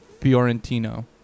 Fiorentino